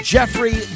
Jeffrey